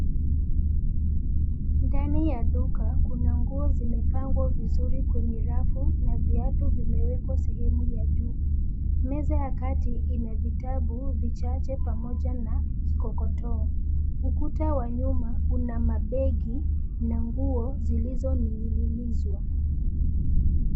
Ndani ya duka, kuna nguo zimepangwa vizuri kwenye rafu na viatu vimewekwa sehemu ya juu. Meza ya kati ina vitabu vichache pamoja na mkokotoo. Ukuta wa nyuma una mabegi na nguo zilizomilizwa.